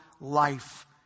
life